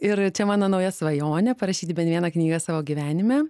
ir čia mano nauja svajonė parašyti bent vieną knygą savo gyvenime